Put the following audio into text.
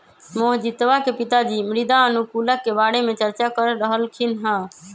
मोहजीतवा के पिताजी मृदा अनुकूलक के बारे में चर्चा कर रहल खिन हल